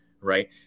right